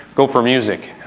go for music,